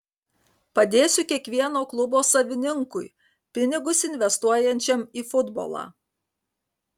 padėsiu kiekvieno klubo savininkui pinigus investuojančiam į futbolą